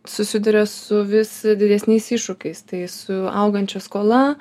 susiduria su vis didesniais iššūkiais tai su augančia skola